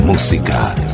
Música